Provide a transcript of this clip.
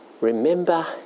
Remember